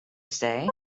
stay